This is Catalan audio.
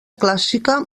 clàssica